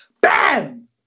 bam